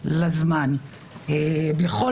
והזכירה הנשיאה בייניש את אחת ההתלבטויות הגדולות שלנו,